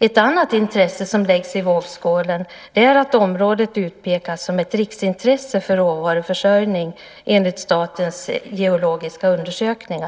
Ett annat intresse som läggs i vågskålen är att området utpekas som ett riksintresse för råvaruförsörjning enligt Sveriges geologiska undersökning.